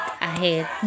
ahead